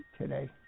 today